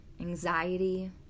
anxiety